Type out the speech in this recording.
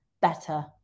better